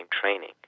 training